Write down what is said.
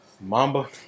Mamba